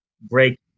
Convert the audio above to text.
break